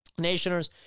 nationers